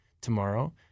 tomorrow